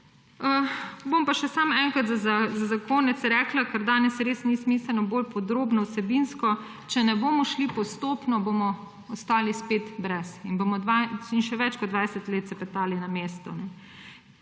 Bom pa še samo enkrat za konec rekla, ker danes res ni smiselno bolj podrobno vsebinsko, če ne bomo šli postopno, bomo ostali spet brez in bomo še več kot 20 let cepetali na mestu.